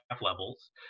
levels